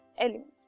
elements